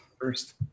first